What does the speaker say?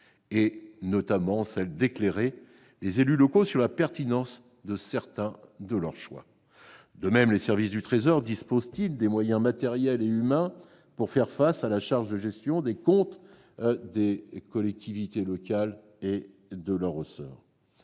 notamment celle d'éclairer les élus locaux sur la pertinence de certains de leurs choix. De même, les services du Trésor disposent-ils des moyens matériels et humains pour faire face à la charge de gestion des comptes des collectivités locales de leur ressort ?